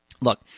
look